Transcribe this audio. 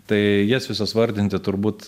tai jas visas vardinti turbūt